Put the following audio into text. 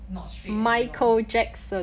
not straight and all